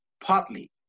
partly